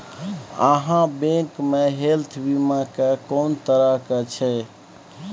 आहाँ बैंक मे हेल्थ बीमा के कोन तरह के छै?